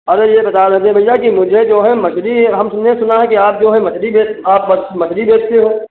अरे ये बता रहे थे भैया कि मुझे जो है मछली अब हम सुने हैं सुना है कि आप जो है मछली आप मछली बेचते हो